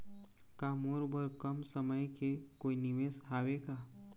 का मोर बर कम समय के कोई निवेश हावे का?